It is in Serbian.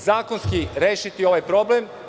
Zakonski rešiti ovaj problem.